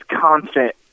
constant